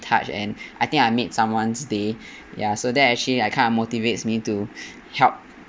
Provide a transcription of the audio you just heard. touch and I think I made someone's day ya so that actually uh kind of motivates me to help